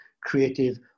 creative